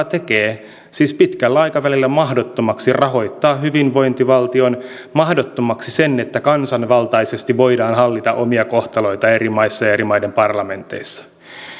tekee pitkällä aikavälillä mahdottomaksi rahoittaa hyvinvointivaltion mahdottomaksi sen että kansanvaltaisesti voidaan hallita omia kohtaloita eri maissa ja eri maiden parlamenteissa